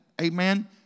amen